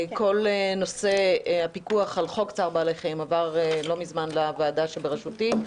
כל נושא הפיקוח על חוק צער בעלי חיים עבר לא מזמן לוועדה בראשותי,